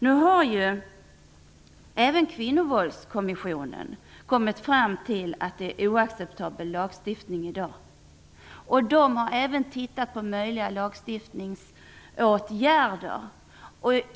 Nu har ju även Kvinnovåldskommissionen kommit fram till att det är en oacceptabel lagstiftning i dag. De har även tittat på möjliga lagstiftningsåtgärder.